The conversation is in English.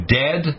dead